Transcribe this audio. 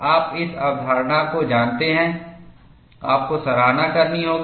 आप इस अवधारणा को जानते हैं आपको सराहना करनी होगी